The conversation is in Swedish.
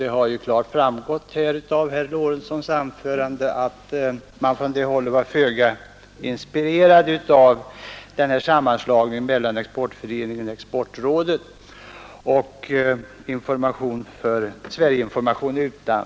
Det har också klart framgått av herr — Lorentzons anförande här att vpk var föga inspirerat av den här Inrättande av sammanslagningen mellan Sveriges allmänna exportförening och export Sveriges exportråd, m.m.